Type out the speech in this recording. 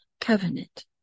covenant